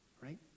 right